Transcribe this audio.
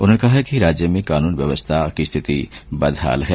उन्होंने कहा कि राज्य में कानून व्यवस्था की स्थिति बदहाल है